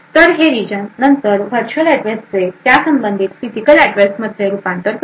तर हे रिजन नंतर व्हर्च्युअल ऍड्रेसचे त्यासंबंधित फिजिकल ऍड्रेसमध्ये रूपांतर करते